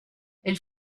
elle